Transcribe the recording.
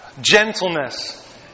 Gentleness